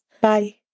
bye